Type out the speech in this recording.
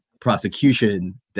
prosecution